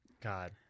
God